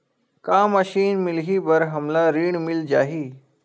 का मशीन मिलही बर हमला ऋण मिल जाही?